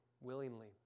willingly